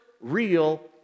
real